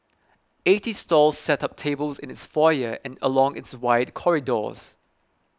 eighty stalls set up tables in its foyer and along its wide corridors